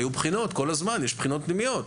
היו בחינות כל הזמן, יש בחינות פנימיות.